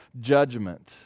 judgment